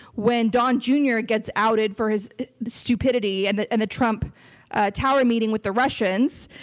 when don, jr. gets outed for his stupidity, and the and the trump tower meeting with the russians,